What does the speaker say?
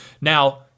Now